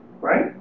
right